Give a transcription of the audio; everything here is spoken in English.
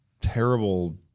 terrible